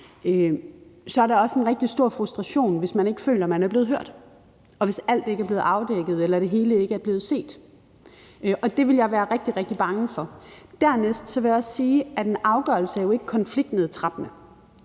at der også er en rigtig stor frustration, hvis man ikke føler, at man er blevet hørt, og hvis alt ikke er blevet afdækket eller det hele ikke er blevet set. Og det ville jeg være rigtig, rigtig bange for. For det andet vil jeg sige, at en afgørelse jo ikke er konfliktnedtrappende.